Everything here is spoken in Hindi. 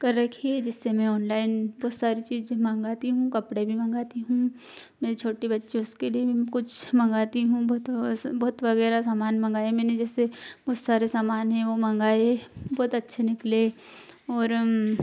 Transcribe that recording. कर रखी है जिससे मैं ऑनलाइन बहुत सारी चीज़ें मँगाती हूँ कपड़े भी मँगाती हूँ मेरी छोटी बच्ची उसके लिए भी मैं कुछ मँगाती हूँ वह तो अस बहुत वगैरह सामान मँगाए मैंने जैसे बहुत सारे सामान हैं वह मँगाए बहुत अच्छे निकले और